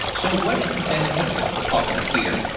so what is the benefit of the kerfuffle here?